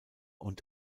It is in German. und